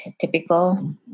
typical